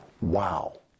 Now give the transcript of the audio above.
Wow